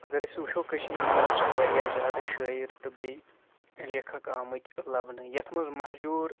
اَگر أسۍ وٕچھو کٔشیٖرِ منٛز چھِ واریاہ زیادٕ شٲعِر تہٕ بیٚیہِ لِکھکھ آمٕتۍ لَبنہٕ یَتھ منٛز مہجوٗر